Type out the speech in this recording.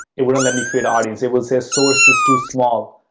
it wouldn't let me create audience, it will say a source is too small.